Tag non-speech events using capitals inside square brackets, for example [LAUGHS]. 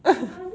[LAUGHS]